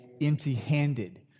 empty-handed